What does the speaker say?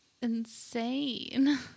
insane